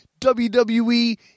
WWE